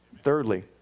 Thirdly